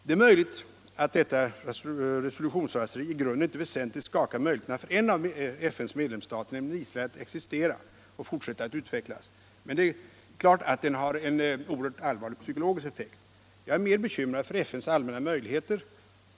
Det är möjligt att detta resolutionsraseri i grunden inte väsentligt skakar möjligheterna för en av FN:s medlemsstater, Israel, att existera och fortsätta att utvecklas, men det är klart att det har en oerhört allvarlig psykologisk effekt. Jag är mera bekymrad för FN:s allmänna arbetsmöjligheter.